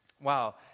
Wow